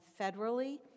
federally